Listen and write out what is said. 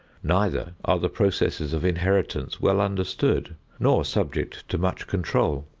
neither are the processes of inheritance well understood nor subject to much control.